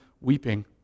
weeping